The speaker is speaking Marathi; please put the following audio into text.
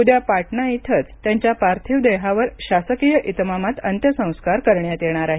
उद्या पाटणा इथंच त्यांच्या पार्थिव देहावर शासकीय इतमामात अंत्यसंस्कार करण्यात येणार आहेत